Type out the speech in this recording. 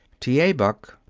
t. a. buck,